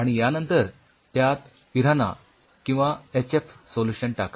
आणि यांनतर त्यात पिरान्हा किंवा एचएफ सोल्यूशन टाका